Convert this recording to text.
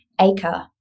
acre